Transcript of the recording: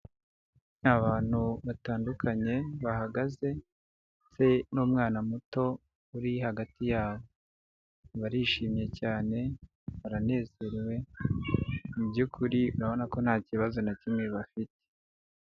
Abantu batandukanye bahagaze ndetse n'umwana muto uri hagati yabo, barishimye cyane baranezerewe mu by'ukuri urabona ko nta kibazo na kimwe bafite.